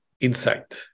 insight